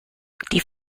die